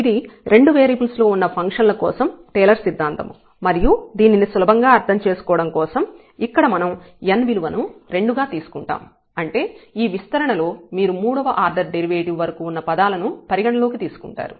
ఇది రెండు వేరియబుల్స్ లో ఉన్న ఫంక్షన్ల కోసం టేలర్ సిద్ధాంతం మరియు దీనిని సులభంగా అర్థం చేసుకోవడం కోసం ఇక్కడ మనం n విలువను 2 గా తీసుకుంటాం అంటే ఈ విస్తరణ లో మీరు మూడవ ఆర్డర్ డెరివేటివ్ వరకు ఉన్న పదాలను పరిగణలోకి తీసుకుంటారు